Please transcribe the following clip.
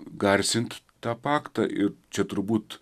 garsinti tą paktą ir čia turbūt